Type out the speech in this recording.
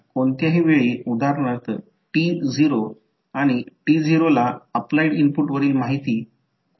जर इथे डॉट ऐवजी डॉट लावले तर कारण इथे करंट येत आहे येथे तर करंट निघतो याचा अर्थ त्या बाबतीत सामान्य ऐवजी ते होईल